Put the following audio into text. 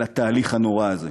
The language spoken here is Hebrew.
על התהליך הנורא הזה.